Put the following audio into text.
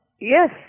Yes